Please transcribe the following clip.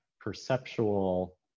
perceptual